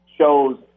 shows